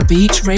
Beach